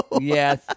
Yes